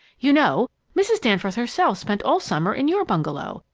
you know, mrs. danforth herself spent all summer in your bungalow,